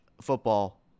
football